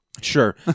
Sure